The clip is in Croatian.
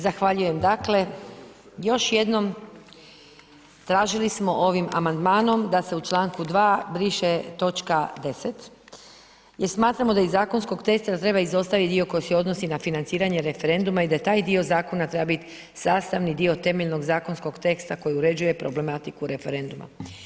Zahvaljujem dakle još jednom tražili smo ovim amandmanom da se u članku 2. briše točka 10. i smatramo da iz zakonskog teksta treba izostavit dio koji se odnosi na financiranje referenduma i da taj dio zakona treba bit sastavni dio temeljnog zakonskog teksta koji uređuje problematiku referenduma.